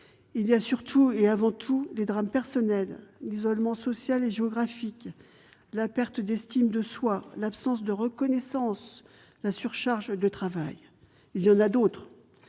Il y a surtout les drames personnels, l'isolement social et géographique, la perte d'estime de soi, l'absence de reconnaissance, la surcharge de travail. Il y a d'autres